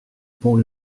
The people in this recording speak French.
pont